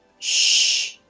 sh.